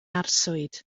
arswyd